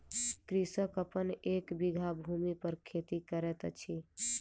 कृषक अपन एक बीघा भूमि पर खेती करैत अछि